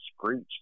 screech